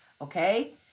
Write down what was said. Okay